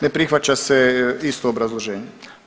Ne prihvaća se, isto obrazloženje.